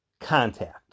contact